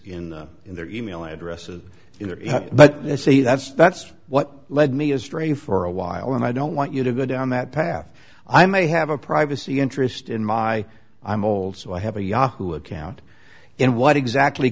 in the in their email addresses but they say that's that's what led me astray for a while and i don't want you to go down that path i may have a privacy interest in my i'm old so i have a yahoo account and what exactly